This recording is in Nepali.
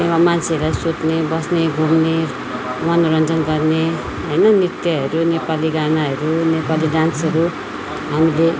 त्यहाँ मान्छेहरूलाई सुत्ने बस्ने घुम्ने मनोरञ्जन गर्ने होइन नृत्यहरू नेपाली गानाहरू नेपाली डान्सहरू हामीले